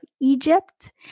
Egypt